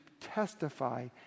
testify